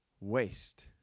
waste